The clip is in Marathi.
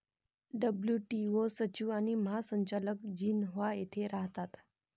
डब्ल्यू.टी.ओ सचिव आणि महासंचालक जिनिव्हा येथे राहतात